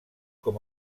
com